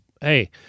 hey